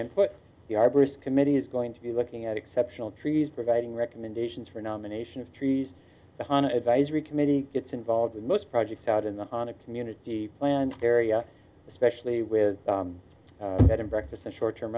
arbors committee is going to be looking at exceptional trees providing recommendations for nomination of trees on advisory committee gets involved with most projects out in the on a community plan area especially with bed and breakfast and short term